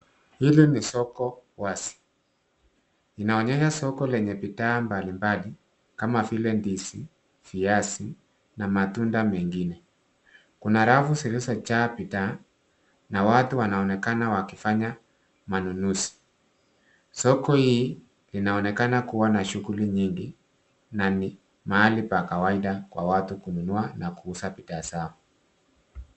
Hili ni soko wazi, inaonyesha soko lenye bidha mbali mbali kama vile ndizi, viazi na matunda mengine, kuna rafu zilizojaa bidhaa na watu wanaonekana wakifanya manunuzi, soko hii linaonekana kuwa na shughuli nyingi na ni mahali pa kawaida kwa watu kununua na kuuza bidhaa zao.